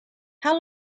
how